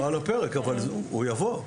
לא על הפרק אבל הוא יבוא.